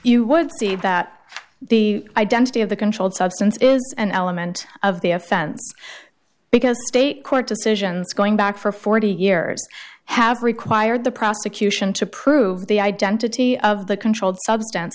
you would see that the identity of the controlled substance is an element of the offense because state court decisions going back for forty years have required the prosecution to prove the identity of the controlled substance